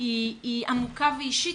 היא עמוקה ואישית,